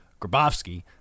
Grabowski